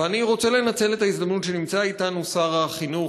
ואני רוצה לנצל את ההזדמנות שנמצא אתנו שר החינוך,